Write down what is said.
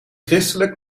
christelijk